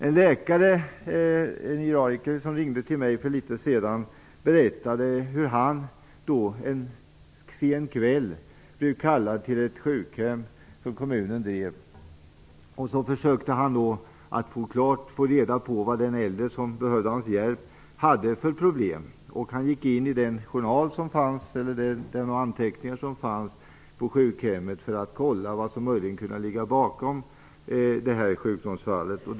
En geriatriker som ringde till mig för litet sedan berättade att han en sen kväll blev kallad till ett sjukhem som kommunen drev. Han försökte få reda på vad den äldre som behövde hans hjälp hade för problem. Han tittade på de anteckningar som fanns på sjukhemmet för att kolla vad som möjligen kunde ligga bakom sjukdomsfallet.